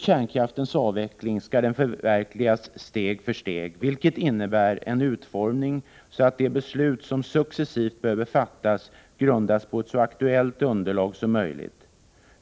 Kärnkraftens avveckling skall förverkligas steg för steg, vilket innebär en utformning så att de beslut som successivt behöver fattas grundas på ett så aktuellt underlag som möjligt.